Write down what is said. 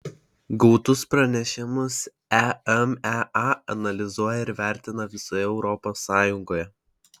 gautus pranešimus emea analizuoja ir vertina visoje europos sąjungoje